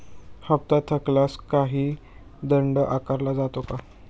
हप्ता थकल्यास काही दंड आकारला जातो का?